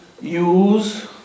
use